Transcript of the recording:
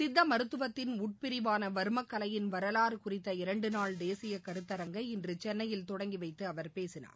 சித்த மருத்துவத்தின் உட்பிரிவான வாமக்கலையின் வரலாறு குறித்த இரண்டு நாள் தேசிய கருத்தரங்கை இன்று சென்னையில் தொடங்கி வைத்து அவர் பேசினார்